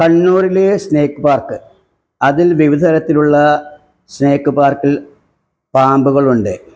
കണ്ണൂരിൽ snake park അതിൽ വിവിധ തരത്തിലുള്ള സ്നേക്ക് പാർക്കിൽ പാമ്പുകളുണ്ട്